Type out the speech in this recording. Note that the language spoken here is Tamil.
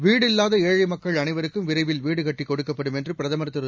வீடு இல்லாத ஏழை மக்கள் அனைவருக்கும் விரைவில் வீடு கட்டி கொடுக்கப்படும் என்று பிரதமர் திரு